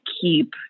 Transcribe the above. keep